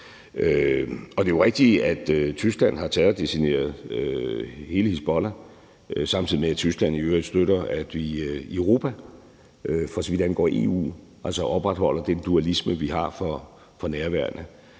Det er jo rigtigt, at Tyskland har terrordesigneret hele Hizbollah, samtidig med at Tyskland i øvrigt støtter, at vi i Europa, for så vidt angår EU, altså opretholder den dualisme, vi har for nærværende,